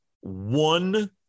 one